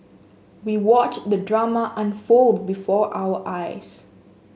we watched the drama unfold before our eyes